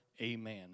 Amen